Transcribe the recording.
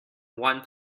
one